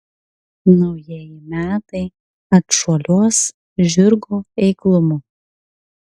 naujieji metai atšuoliuos žirgo eiklumu